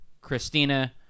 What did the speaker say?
Christina